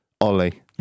Ollie